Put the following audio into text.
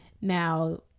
Now